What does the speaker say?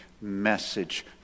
message